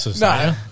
No